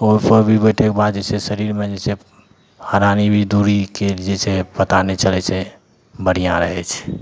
ओहोपर भी बैठैके बाद जे छै शरीरमे जे छै हरानी भी दूरीके जे छै पता नहि चलै छै बढ़िआँ रहै छै